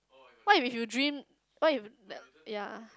what if you dream what if then ya